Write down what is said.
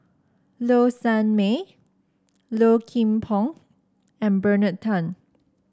Low Sanmay Low Kim Pong and Bernard Tan